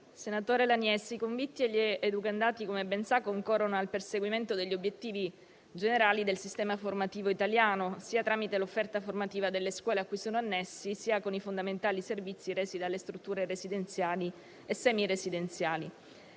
senatore Laniece ben sa, i convitti e gli educandati concorrono al perseguimento degli obiettivi generali del sistema formativo italiano, sia tramite l'offerta formativa delle scuole a cui sono ammessi sia con i fondamentali servizi resi dalle strutture residenziali e semiresidenziali.